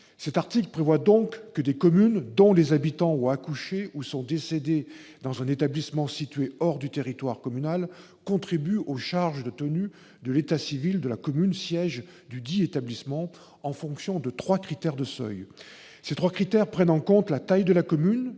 de l'Isère Olivier Véran, les communes dont les habitants ont accouché ou sont décédés dans un établissement situé hors du territoire communal contribuent aux charges de tenue de l'état civil de la commune siège dudit établissement, selon trois critères de seuil. Sont pris en compte dans ce cadre la taille de la commune